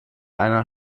einer